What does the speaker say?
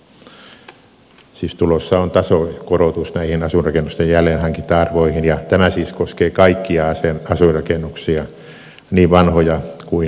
siis tulossa on tasokorotus näihin asuinrakennusten jälleenhankinta arvoihin ja tämä siis koskee kaikkia asuinrakennuksia niin vanhoja kuin uusiakin